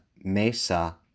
Mesa